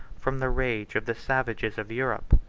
from the rage of the savages of europe.